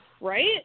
Right